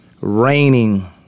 raining